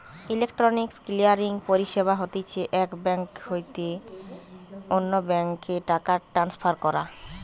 electronic clearing পরিষেবা হতিছে এক বেঙ্ক হইতে অন্য বেঙ্ক এ টাকা ট্রান্সফার করা